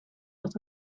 dat